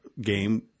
game